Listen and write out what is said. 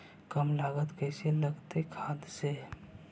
कम लागत कैसे लगतय खाद से?